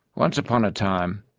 once upon a time,